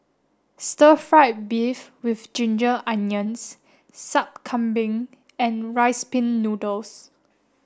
stir fried beef with ginger onions sup Kambing and rice pin noodles